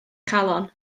chalon